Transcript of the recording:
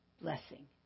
Blessing